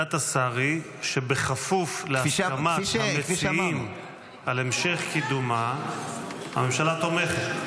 עמדת השר היא שכפוף להסכמת המציעים על המשך קידומה הממשלה תומכת.